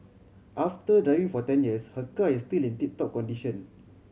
after driving for ten years her car is still in tip top condition